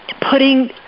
putting